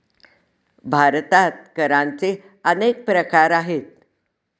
भारतात करांचे अनेक प्रकार आहेत